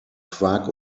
quark